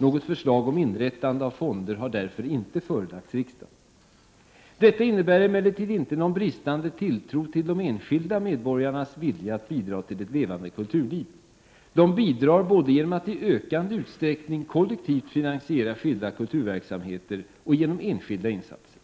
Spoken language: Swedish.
Något förslag om inrättande av fonder har därför inte förelagts riksdagen. Detta innebär emellertid inte någon bristande tilltro till de enskilda medborgarnas vilja att bidra till ett levande kulturliv. De bidrar både genom att i ökande utsträckning kollektivt finansiera skilda kulturverksamheter och genom enskilda insatser.